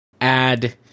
add